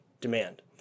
demand